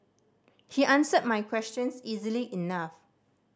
he answered my questions easily enough